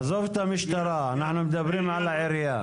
עזוב את המשטרה, אנחנו מדברים על העירייה.